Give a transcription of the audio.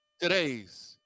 Today's